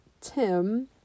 Tim